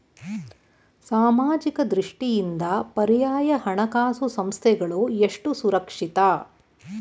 ಸಾಮಾಜಿಕ ದೃಷ್ಟಿಯಿಂದ ಪರ್ಯಾಯ ಹಣಕಾಸು ಸಂಸ್ಥೆಗಳು ಎಷ್ಟು ಸುರಕ್ಷಿತ?